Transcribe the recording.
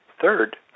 Third